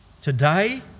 Today